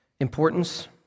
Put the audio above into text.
importance